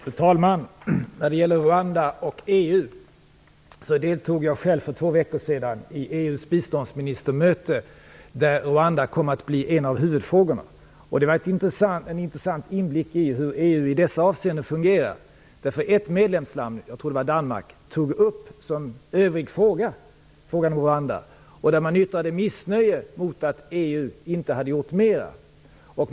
Fru talman! När det gäller Rwanda och EU deltog jag själv för två veckor sedan i EU:s biståndsministermöte, där Rwanda kom att bli en av huvudfrågorna. Det gav en intressant inblick i hur EU i dessa avseenden fungerar. Ett medlemsland - jag tror det var Danmark - tog upp frågan om Rwanda som övrig fråga och framförde missnöje med att EU inte hade gjort mer.